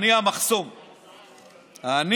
אני